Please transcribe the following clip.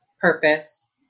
purpose